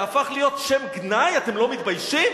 זה הפך להיות שם גנאי, אתם לא מתביישים?